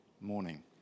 morning